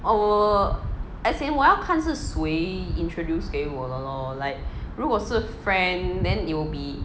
oh 我 as in 我要看是谁 introduce 给我的 lor like 如果是 friend then it will be